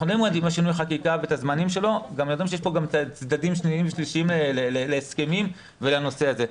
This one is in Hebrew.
יש כאן גם צדדים שניים ושלישיים להסכמים ולנושא הזה.